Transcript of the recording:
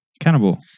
Cannibal